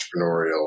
entrepreneurial